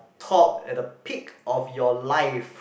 top at the peak of your life